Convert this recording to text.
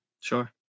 Sure